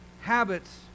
Habits